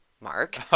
Mark